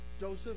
Joseph